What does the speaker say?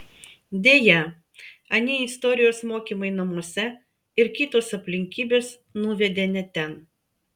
deja anie istorijos mokymai namuose ir kitos aplinkybės nuvedė ne ten